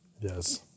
Yes